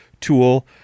tool